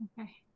Okay